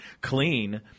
clean